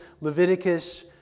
Leviticus